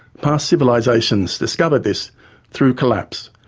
past civilisations discovered this through collapse,